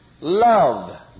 love